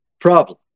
problem